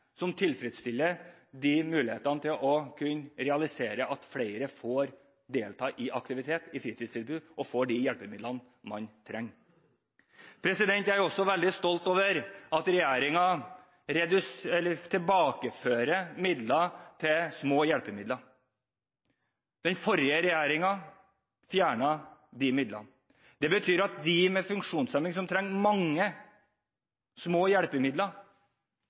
flere får delta i aktivitet, i fritidstilbud og får de hjelpemidlene de trenger. Jeg er også veldig stolt over at regjeringen tilbakefører midler til små hjelpemidler. Den forrige regjeringen fjernet disse midlene. Det betyr at funksjonshemmede som trenger mange små hjelpemidler,